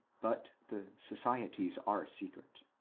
but the societies are secret.